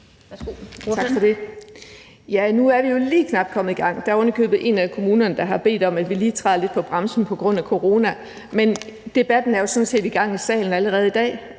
Nu er vi jo lige knap kommet i gang, og der er oven i købet en af kommunerne, der har bedt om, at vi lige træder lidt på bremsen på grund af corona, men debatten er jo sådan set i gang i salen allerede i dag,